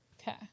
Okay